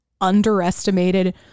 underestimated